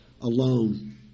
alone